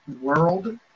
World